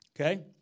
okay